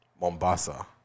Mombasa